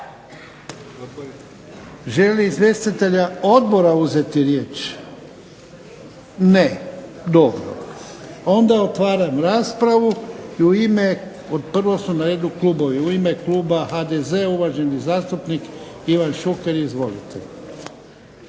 li izvjestitelji odbora uzeti riječ? Ne. Dobro. Onda otvaram raspravu. Prvo su na redu klubovi. U ime kluba HDZ-a uvaženi zastupnik Ivan Šuker. Izvolite.